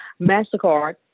MasterCard